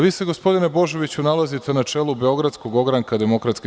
Vi se, gospodine Božoviću, nalazite na čelu beogradskog ogranka DS.